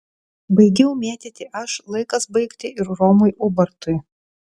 baigiau mėtyti aš laikas baigti ir romui ubartui